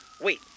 Wait